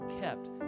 kept